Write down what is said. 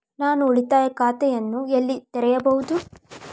ನಾನು ಉಳಿತಾಯ ಖಾತೆಯನ್ನು ಎಲ್ಲಿ ತೆರೆಯಬಹುದು?